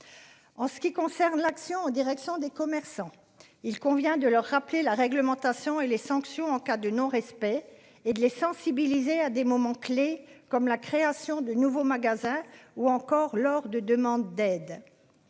En ce qui concerne l'action en direction des commerçants. Il convient de leur rappeler la réglementation et les sanctions en cas de non respect et de les sensibiliser à des moments clés comme la création de nouveaux magasins ou encore l'lors de demande d'aide.